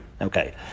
Okay